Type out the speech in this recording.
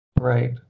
Right